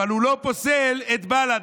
אבל הוא לא פוסל את בל"ד,